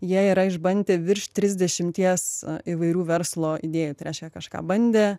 jie yra išbandę virš trisdešimties įvairių verslo idėjų tai reiškia kažką bandė